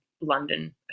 London